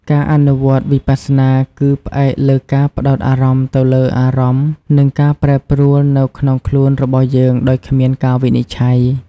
ការអនុវត្តន៍វិបស្សនាគឺផ្អែកលើការផ្តោតអារម្មណ៍ទៅលើអារម្មណ៍និងការប្រែប្រួលនៅក្នុងខ្លួនរបស់យើងដោយគ្មានការវិនិច្ឆ័យ។